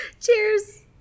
Cheers